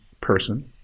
person